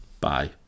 Bye